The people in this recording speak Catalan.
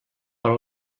però